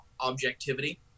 objectivity